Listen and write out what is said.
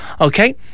Okay